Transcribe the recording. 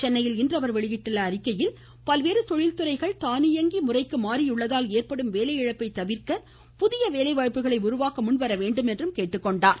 சென்னையில் இன்று அவர் வெளியிட்டுள்ள அறிக்கையில் பல்வேறு தொழில்துறைகள் தானியங்கி முறைக்கு மாறியுள்ளதால் ஏற்படும் வேலையிழப்பை தவிர்க்க புதிய வேலைவாய்ப்புகளை உருவாக்க வேண்டும் என்றும் கேட்டுக்கொண்டுள்ளார்